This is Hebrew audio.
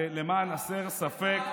ולמען הסר ספק,